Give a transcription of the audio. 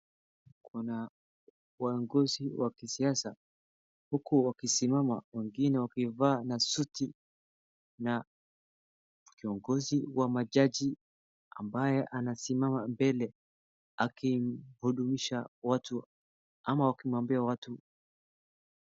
Kuna waongozi wa kisiasa huku wakisimama wengine wakivaa na suti na kiongozi wa majaji ambaye anasimama mbele akihudumisha watu ama akimwambia watu...